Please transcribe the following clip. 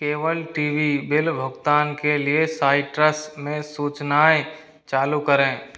केवल TV bill भुगतान के लिए साइट्रस में सूचनाएँ चालू करें